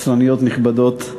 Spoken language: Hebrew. קצרניות נכבדות,